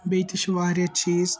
بیٚیہِ تہِ چھِ واریاہ چیز